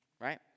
right